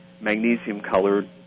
magnesium-colored